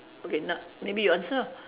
okay now maybe you answer ah